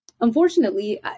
unfortunately